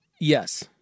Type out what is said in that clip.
Yes